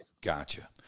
Gotcha